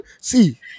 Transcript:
see